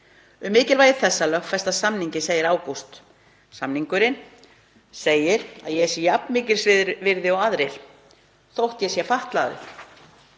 Um mikilvægi þess að lögfesta samninginn segir Ágúst: „[Samningurinn] segir að ég sé jafn mikils virði og aðrir þótt ég sé fatlaður.